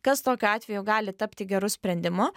kas tokiu atveju gali tapti geru sprendimu